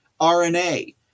RNA